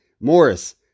Morris